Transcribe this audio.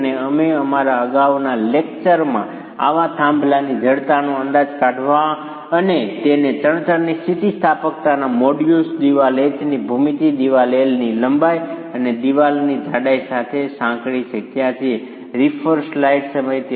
અને અમે અમારા અગાઉના લેક્ચરમાં આવા થાંભલાની જડતાનો અંદાજ કાઢવા અને તેને ચણતરની સ્થિતિસ્થાપકતાના મોડ્યુલસ દિવાલ H ની ભૂમિતિ દિવાલ L ની લંબાઈ અને દિવાલની જાડાઈ સાથે સાંકળી શક્યા છીએ